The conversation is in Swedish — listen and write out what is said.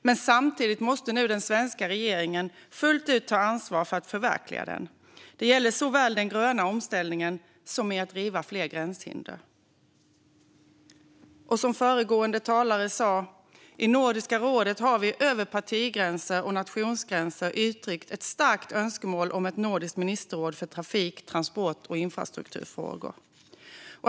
Men samtidigt måste nu den svenska regeringen fullt ut ta ansvar för att förverkliga den. Det gäller såväl den gröna omställningen som att riva fler gränshinder. Som föregående talare sa har vi i Nordiska rådet över partigränser och nationsgränser uttryckt ett starkt önskemål om ett nordiskt ministerråd för trafik-, transport och infrastrukturfrågor.